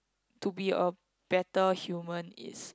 to be a better human is